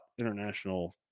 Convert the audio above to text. International